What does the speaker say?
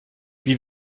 wie